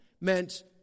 meant